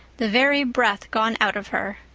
the very breath gone out of her.